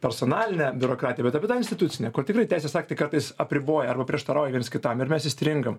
personalinę biurokratiją bet apie tą institucinę kur tikrai teisės aktai kartais apriboja arba prieštarauja vienas kitam ir mes įstringam